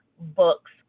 books